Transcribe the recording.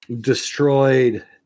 destroyed